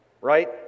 right